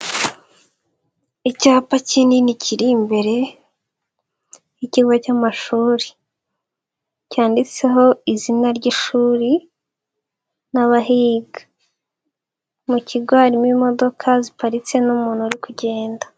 Icyapa kinini kiri imbere y'ikigo cy'amashuri cyanditseho izina ry'ishuri n'abahiga, mu kigo harimo imodoka ziparitse n'umuntu ari kugenda.